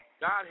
God